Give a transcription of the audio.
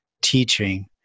teaching